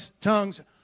tongues